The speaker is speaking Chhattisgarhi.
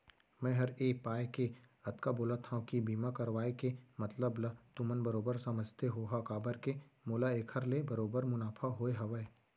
मैं हर ए पाय के अतका बोलत हँव कि बीमा करवाय के मतलब ल तुमन बरोबर समझते होहा काबर के मोला एखर ले बरोबर मुनाफा होय हवय